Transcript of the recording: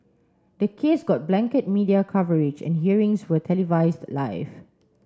the case got blanket media coverage and hearings were televised live